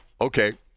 okay